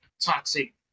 toxic